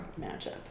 matchup